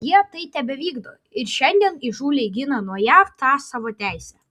jie tai tebevykdo ir šiandien įžūliai gina nuo jav tą savo teisę